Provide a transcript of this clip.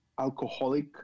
alcoholic